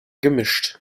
gemischt